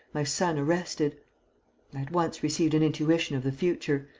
my son arrested. i at once received an intuition of the future.